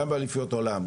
גם באליפויות עולם,